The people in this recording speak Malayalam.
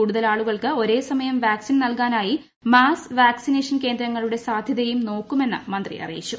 കൂടുതൽ ആളുകൾക്ക് ഒരേസമയം വാക്സിൻ നൽകാനായി മാസ് വാക് സിനേഷൻ കേന്ദ്രങ്ങളൂട്ടെ സാധ്യതയും നോക്കുമെന്ന് മന്ത്രി അറിയിച്ചു